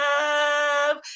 love